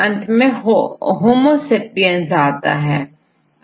अंत में Homo sapiens आता है